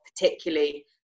particularly